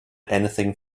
anything